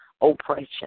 Oppression